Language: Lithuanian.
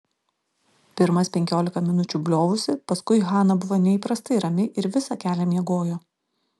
pirmas penkiolika minučių bliovusi paskui hana buvo neįprastai rami ir visą kelią miegojo